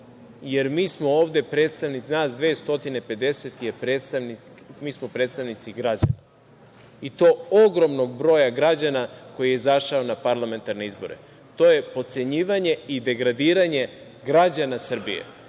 jer mi smo ovde predstavnici, nas 250, mi smo predstavnici građana, i to ogromnog broja građana koji je izašao na parlamentarne izbore. To je potcenjivanje i degradiranje građana Srbije.